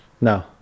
No